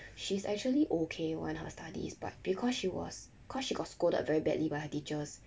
she's actually okay [one] her studies but because she was cause she got scolded very badly by her teachers